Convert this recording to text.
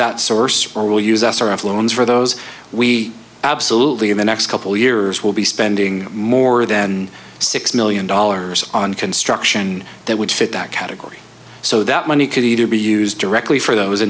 that source or will use our influence for those we absolutely in the next couple years will be spending more than six million dollars on construction that would fit that category so that money could either be used directly for those